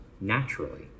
naturally